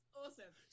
awesome